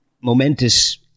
momentous